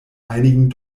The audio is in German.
einigen